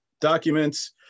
documents